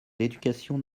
l’éducation